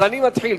אני מתחיל.